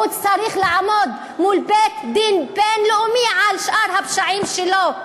והוא צריך לעמוד מול בית-דין בין-לאומי על שאר הפשעים שלו.